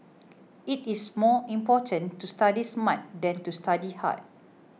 it is more important to study smart than to study hard